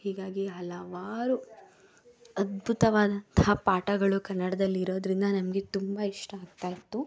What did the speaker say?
ಹೀಗಾಗಿ ಹಲವಾರು ಅದ್ಭುತವಾದಂತಹ ಪಾಠಗಳು ಕನ್ನಡದಲ್ಲಿ ಇರೋದರಿಂದ ನಮಗೆ ತುಂಬ ಇಷ್ಟ ಆಗ್ತಾಯಿತ್ತು